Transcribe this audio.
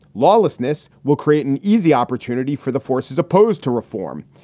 lawlessness will create an easy opportunity for the forces opposed to reform.